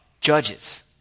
judges